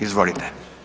Izvolite.